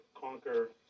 conquer